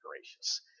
gracious